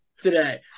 today